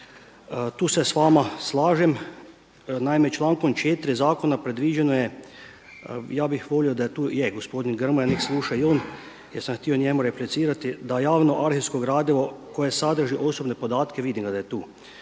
Tu se s vama slažem. Naime, člankom 4. zakona predviđeno je, ja bih volio da je tu, je gospodin Grmoja, nek sluša i on jer sam htio njemu replicirati, da javno arhivsko gradivo koje sadrži osobne podatke, vidim ga da je tu,